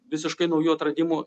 visiškai naujų atradimų